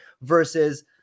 versus